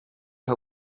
her